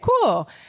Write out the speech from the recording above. cool